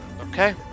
Okay